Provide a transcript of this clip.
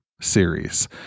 series